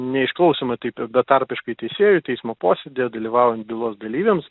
neišklausoma taip betarpiškai teisėjų teismo posėdyje dalyvaujant bylos dalyviams